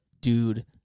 Dude